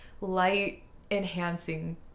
light-enhancing